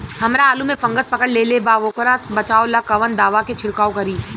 हमरा आलू में फंगस पकड़ लेले बा वोकरा बचाव ला कवन दावा के छिरकाव करी?